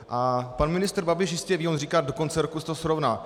A pan ministr Babiš jistě ví, on říká: do konce roku se to srovná.